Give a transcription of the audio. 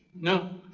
no.